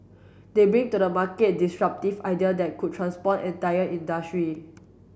they bring to the market disruptive idea that could transform entire industry